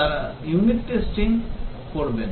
তারা unit testing করবেন